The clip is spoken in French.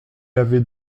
avais